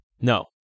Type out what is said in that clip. No